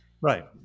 Right